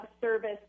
service